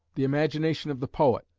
the imagination of the poet,